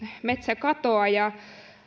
metsäkatoa ja